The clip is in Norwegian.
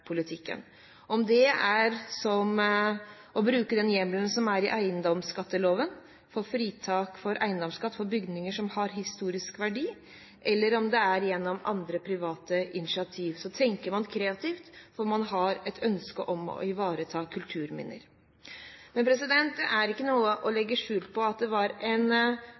som å bruke den hjemmelen i eiendomsskatteloven som går på fritak for eiendomsskatt for bygninger som har historisk verdi, eller gjennom andre private initiativ. Man tenker altså kreativt, for man har et ønske om å ivareta kulturminner. Men det er ikke til å legge skjul på at det var en